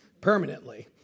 permanently